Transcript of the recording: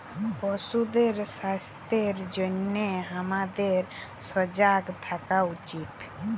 পশুদের স্বাস্থ্যের জনহে হামাদের সজাগ থাকা উচিত